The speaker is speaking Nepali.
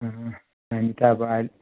अँ हामी त अब अहिले